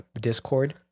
Discord